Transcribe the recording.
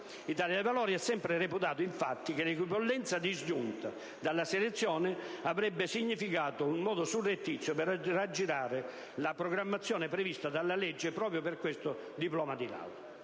L'Italia dei Valori ha sempre reputato, infatti, che l'equipollenza disgiunta dalla selezione avrebbe rappresentato un modo surrettizio per aggirare la programmazione prevista dalla legge proprio per questo diploma di laurea.